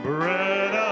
Bread